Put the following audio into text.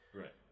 right